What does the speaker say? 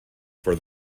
for